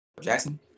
Jackson